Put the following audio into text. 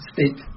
State